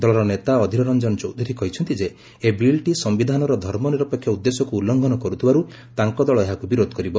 ଦଳର ନେତା ଅଧିର ରଂଜନ ଚୌଧୁରୀ କହିଛନ୍ତି ଯେ ଏହି ବିଲ୍ଟି ସମ୍ଭିଧାନର ଧର୍ମନିରପେକ୍ଷ ଉଦ୍ଦେଶ୍ୟକୁ ଉଲ୍ଲଂଘନ କରୁଥିବାରୁ ତାଙ୍କ ଦଳ ଏହାକୁ ବିରୋଧ କରିବ